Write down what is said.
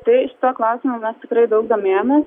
tai šiuo klausimu mes tikrai daug domėjomės